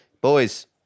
Boys